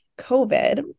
COVID